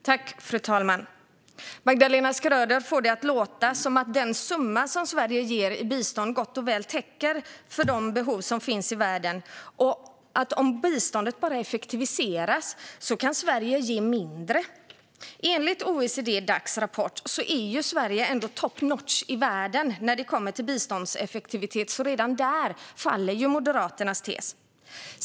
Fru talman! Magdalena Schröder får det att låta som om den summa som Sverige ger i bistånd gott och väl täcker de behov som finns i världen och att om biståndet bara effektiviseras kan Sverige ge mindre. Enligt OECD-Dacs rapport är Sverige top-notch i världen när det kommer till biståndseffektivitet, så redan där faller Moderaternas tes.